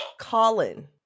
Colin